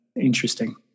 interesting